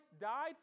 died